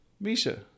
Misha